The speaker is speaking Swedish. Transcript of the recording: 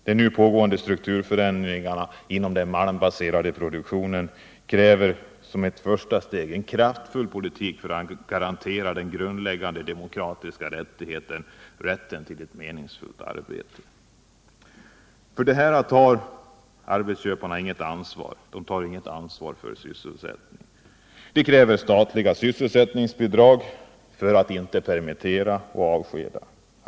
De nu pågående strukturförändringarna inom den malmbaserade produktionen kräver som ett första steg en kraftfull politik för att garantera den grundläggande demokratiska rättigheten: rätten till ett meningsfullt arbete. Arbetsköparna tar inget ansvar för sysselsättningen — de kräver statliga sysselsättningsbidrag för att inte permittera och avskeda.